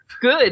Good